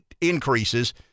increases